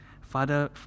Father